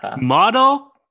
model